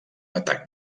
atac